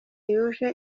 yuje